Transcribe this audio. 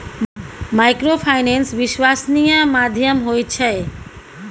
Microfinance विश्वासनीय माध्यम होय छै?